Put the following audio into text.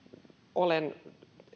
olen